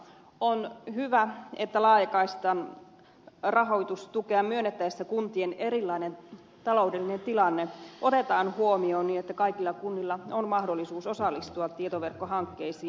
on hyvä että laajakaistan rahoitustukea myönnettäessä kuntien erilainen taloudellinen tilanne otetaan huomioon niin että kaikilla kunnilla on mahdollisuus osallistua tietoverkkohankkeisiin